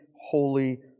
holy